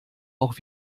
auch